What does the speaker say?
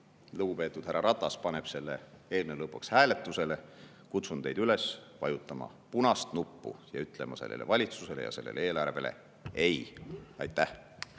lugupeetud härra Ratas paneb selle eelnõu lõpuks hääletusele, kutsun teid üles vajutama punast nuppu ja ütlema sellele valitsusele ja sellele eelarvele ei. Aitäh!